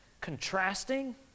contrasting